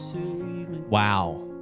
wow